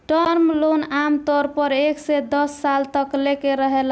term loan आमतौर पर एक से दस साल तक लेके रहेला